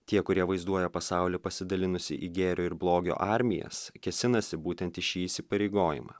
tie kurie vaizduoja pasaulį pasidalinusį į gėrio ir blogio armijas kėsinasi būtent į šį įsipareigojimą